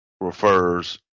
refers